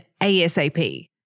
ASAP